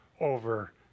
over